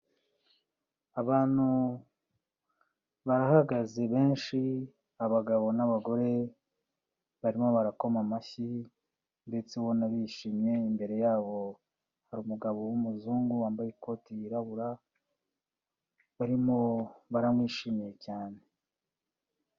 Abantu barahagaze benshi, abagabo n'abagore, barimo barakoma amashyi, ndetse ubona bishimye, imbere yabo hari umugabo w'umuzungu wambaye ikoti yirabura, barimo baramwishimiye cyane.